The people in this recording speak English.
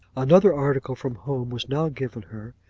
another article from home was now given her,